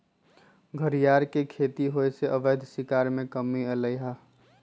घरियार के खेती होयसे अवैध शिकार में कम्मि अलइ ह